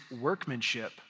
workmanship